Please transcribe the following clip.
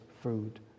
food